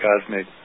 cosmic